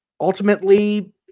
Ultimately